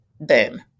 boom